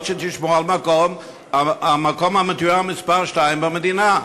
שתשמור על המקום המתויר מספר שתיים במדינה.